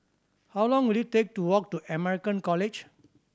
how long will it take to walk to American College